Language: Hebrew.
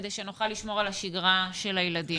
כדי שנוכל לשמור על השגרה של הילדים.